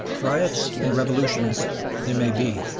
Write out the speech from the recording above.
riots and revolutions there may be,